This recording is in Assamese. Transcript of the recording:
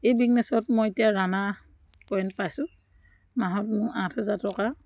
এই বিগনেছত মই এতিয়া ৰাণা কইন পাইছোঁ মাহত মোৰ আঠ হাজাৰ টকা